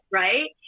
right